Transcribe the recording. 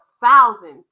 thousands